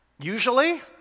Usually